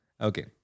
Okay